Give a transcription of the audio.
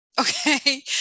okay